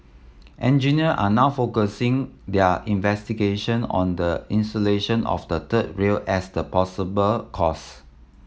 engineer are now focusing their investigation on the insulation of the third rail as the possible cause